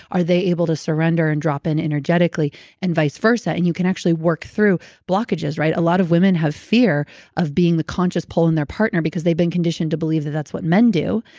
are they able to surrender and drop in energetically and vice versa? and you can actually work through blockages, right? a lot of women have fear of being the conscious pole in their partner because they've been conditioned to believe that that's what men do.